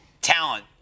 Talent